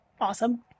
awesome